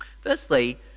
Firstly